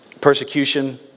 persecution